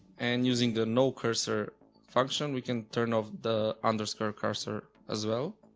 and using the nocursor function we can turn off the underscore cursor as well.